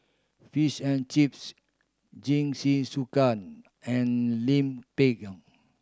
Fish and Chips Jingisukan and Lime Pickle